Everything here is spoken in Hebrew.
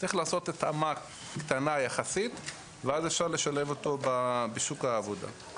צריך לעשות התאמה קטנה יחסית ואז אפשר לשלב אותן בשוק העבודה.